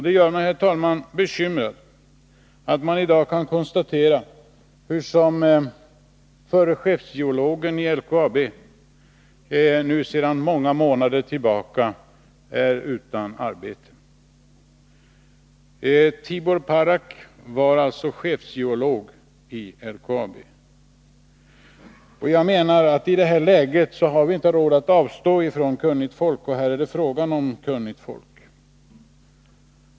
Det gör mig bekymrad, herr talman, att jag i dag kan konstatera att förre chefsgeologen i LKAB sedan många månader är utan arbete. Tibor Paråk var alltså chefsgeolog i LKAB. I detta läge har vi inte råd att avstå från kunnigt folk, och här är det fråga om kunnigt folk.